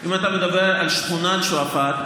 אם אתה מדבר על שכונת שועפאט,